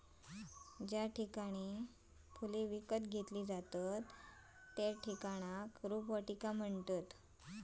ज्या ठिकाणी फुले विकत घेतली जातत त्येका रोपवाटिका म्हणतत